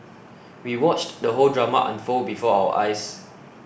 we watched the whole drama unfold before our eyes